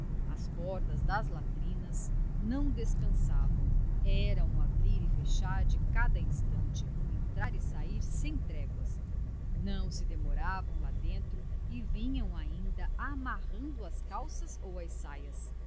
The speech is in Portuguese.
as portas das latrinas não descansavam era um abrir e fechar de cada instante um entrar e sair sem tréguas não se demoravam lá dentro e vinham ainda amarrando as calças ou as saias